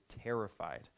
terrified